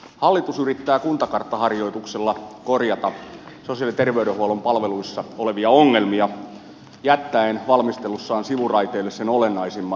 hallitus yrittää kuntakarttaharjoituksella korjata sosiaali ja terveydenhuollon palveluissa olevia ongelmia jättäen valmistelussaan sivuraiteelle sen olennaisimman